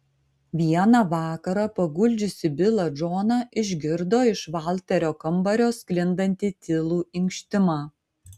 vieną vakarą paguldžiusi bilą džoną išgirdo iš valterio kambario sklindantį tylų inkštimą